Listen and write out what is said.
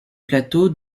plateau